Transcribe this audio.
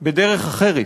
בדרך אחרת,